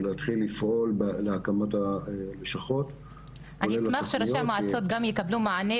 להתחיל לפעול בהקמת הלשכות- -- אני אשמח שראשי המועצות גם יקבלו מענה,